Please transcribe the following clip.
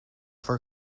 for